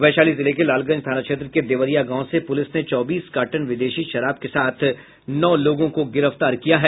वैशाली जिले के लालगंज थाना क्षेत्र के देवरिया गांव से पुलिस ने चौबीस कार्टन विदेशी शराब के साथ नौ लोगों को गिरफ्तार किया है